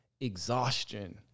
exhaustion